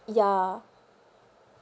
ya